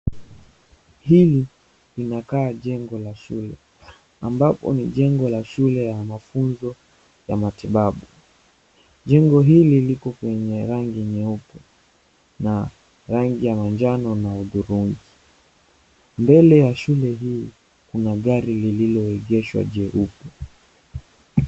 Hili linakaa jengo la shule. Ambapo ni jengo la shule ya mafunzo ya matibabu. Jengo hili liko na rangi nyeupe, manjano na hudhurungi. Mbele ya shule hii kuna gari lililoegeshwa jeupe.